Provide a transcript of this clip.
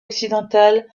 occidentale